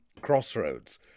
Crossroads